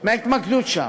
מההתמקדות שם.